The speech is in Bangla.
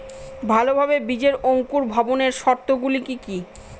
ভালোভাবে বীজের অঙ্কুর ভবনের শর্ত গুলি কি কি?